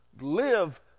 live